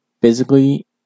physically